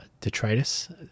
detritus